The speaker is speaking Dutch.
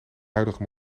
huidige